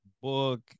book